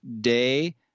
day